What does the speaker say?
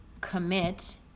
commit